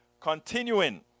Continuing